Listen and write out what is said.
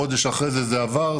חודש אחרי זה זה עבר,